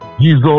jesus